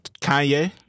Kanye